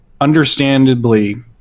understandably